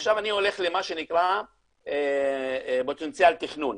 עכשיו אני הולך למה שנקרא פוטנציאל תכנון.